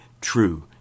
true